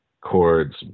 chords